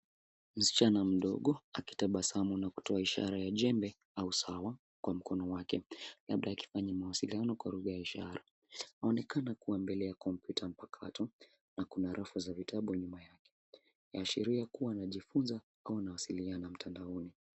Msichana mdogo, akitabasamu na kutoa ishara ya jembe au sawa kwa mkono wake, labda akifanya mawasiliano kwa lugha ya ishara. Inaonekana kuwa mbele ya kompyuta mpakato na kuna rafu za vitabu nyuma yake. Yaashiria kuwa anajifunza au anawasiliana mtandaoni.